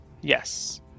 Yes